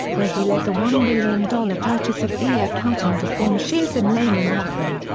where he led the one billion dollar purchase of e f. hutton to form shearson lehman hutton.